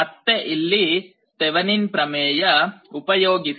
ಮತ್ತೆ ಇಲ್ಲಿ ತೆವೆನಿನ್ ಪ್ರಮೇಯ ಉಪಯೋಗಿಸಿ